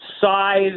size